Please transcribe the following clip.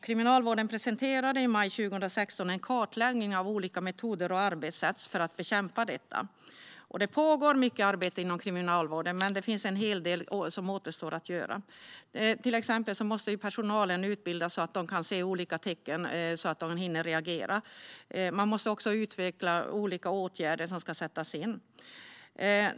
Kriminalvården presenterade i maj 2016 en kartläggning av olika metoder och arbetssätt för att bekämpa detta. Det pågår mycket arbete inom kriminalvården, men en hel del återstår att göra. Till exempel måste personalen utbildas för att kunna se olika tecken, så att de hinner reagera. Man måste också utveckla olika åtgärder som ska sättas in.